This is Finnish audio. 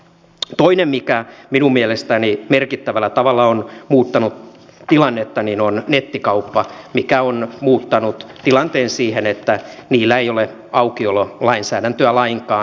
toinen mikä minun mielestäni merkittävällä tavalla on muuttanut tilannetta on nettikauppa mikä on muuttanut tilanteen siihen että niillä ei ole aukiololainsäädäntöä lainkaan